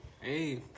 Hey